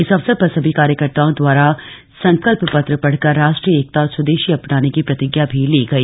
इस अवसर पर सभी कार्यकर्ताओं दवारा संकल्प पत्र पढ़कर राष्ट्रीय एकता और स्वदेशी अपनाने की प्रतिज्ञा भी ली गई